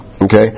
Okay